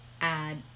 add